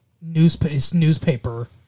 newspaper